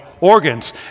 organs